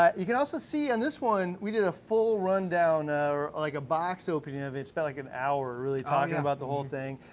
ah you can also see on this one, we did a full rundown or like a box opening of it. spent like an hour really talkin' about the whole thing.